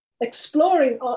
exploring